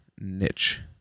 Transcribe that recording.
niche